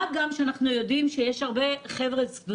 מה גם שאנחנו יודעים שיש הרבה סטודנטים